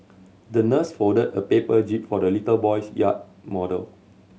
the nurse folded a paper jib for the little boy's yacht model